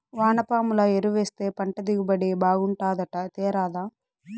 వానపాముల ఎరువేస్తే పంట దిగుబడి బాగుంటాదట తేరాదా